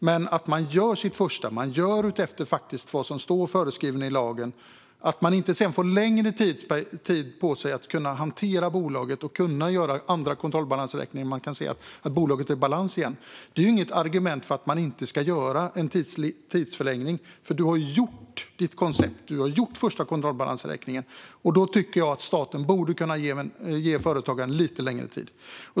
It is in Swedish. Men om man gör vad som står föreskrivet i lagen men sedan inte får längre tid på sig att hantera bolaget och upprätta en andra kontrollbalansräkning där det syns att bolaget är i balans igen är det inte ett argument för att inte ge en tidsförlängning. Du har gjort ditt koncept; du har upprättat första kontrollbalansräkningen. Då borde staten ge företagaren lite längre tid.